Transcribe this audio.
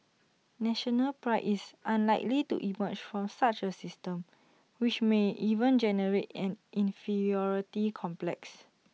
national Pride is unlikely to emerge from such A system which may even generate an inferiority complex